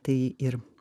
tai ir